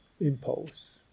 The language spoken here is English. impulse